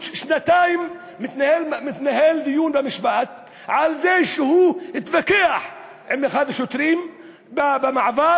שנתיים מתנהל דיון במשפט על זה שהוא התווכח עם אחד השוטרים במעבר,